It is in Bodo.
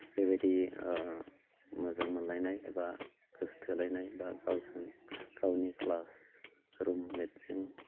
बेबायदि मोजां मोनलायनाय एबा गोसोथोलायनाय बा गावसोर गावनि क्लास रुममेटजों